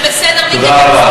מיקי, זה בסדר.